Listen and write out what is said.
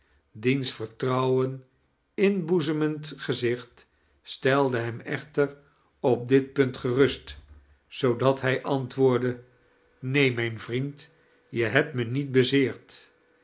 diens vertrouwen inboezemend gezioht stelde hem echter op dit pimt gcrust zoodat hij antwoordde charles dickens neen mijn vriend je hebt me niet bezeerd